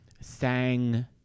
Sang